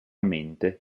mente